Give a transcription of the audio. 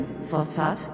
Phosphat